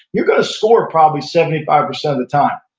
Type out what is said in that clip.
you're going to score probably seventy five percent of the time,